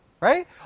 Right